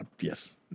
Yes